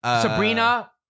Sabrina